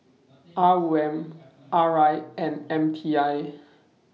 R O M R I and M T I